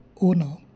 owner